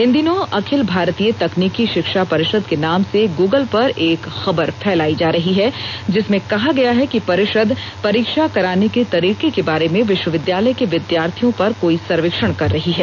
इन दिनों अखिल भारतीय तकनीकी शिक्षा परिषद के नाम से गूगल पर एक खबर फैलाई जा रही है जिसमें कहा गया है परिषद परीक्षा कराने के तरीके के बारे में विश्वविद्यालय के विद्यार्थियों पर कोई सर्वेक्षण कर रही है